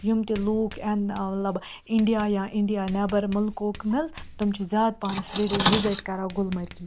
یِم تہِ لوٗکھ یِن ٲں مطلَب انٛڈیا یا انٛڈیا نیٚبَر مُلکو منٛز تِم چھِ زیادٕ پَہنَس وِزِٹ کَران گُلمَرگٕے